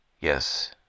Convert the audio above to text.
Yes